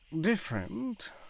different